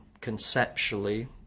conceptually